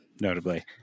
notably